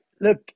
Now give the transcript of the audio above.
look